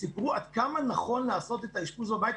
סיפרו עד כמה נכון לעשות את האשפוז בבית,